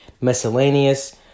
Miscellaneous